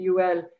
UL